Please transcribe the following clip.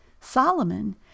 Solomon